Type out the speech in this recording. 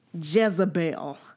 Jezebel